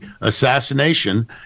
assassination